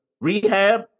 rehab